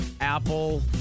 Apple